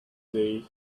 day